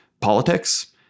politics